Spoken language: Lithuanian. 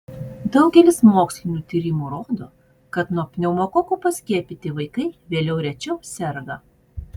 daugelis mokslinių tyrimų rodo kad nuo pneumokokų paskiepyti vaikai vėliau rečiau serga